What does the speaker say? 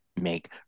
make